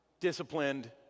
disciplined